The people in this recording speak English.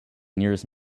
nearest